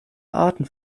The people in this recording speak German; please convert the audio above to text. arten